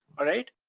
alright?